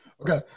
Okay